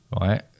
right